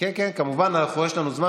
אינה נוכחת, חבר הכנסת עפר שלח,